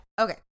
Okay